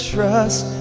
Trust